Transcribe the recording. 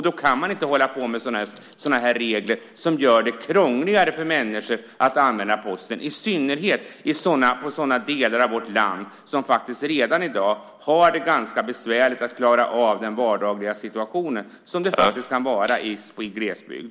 Då kan man inte hålla på med sådana här regler som gör det krångligare för människor att använda posten, i synnerhet i sådana delar av vårt land där det redan i dag är ganska besvärligt att klara av vardagliga situationer, som det kan vara i glesbygd.